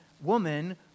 woman